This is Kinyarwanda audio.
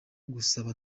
gusaba